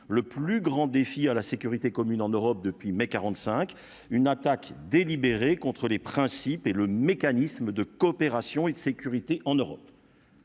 le plus grand défi à la sécurité commune en Europe depuis mai 45, une attaque délibérée contre les principes et le mécanisme de coopération et de sécurité en Europe.